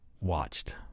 watched